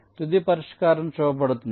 తుది పరిష్కారం చూపబడుతుంది